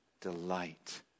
delight